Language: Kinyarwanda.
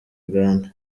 uganda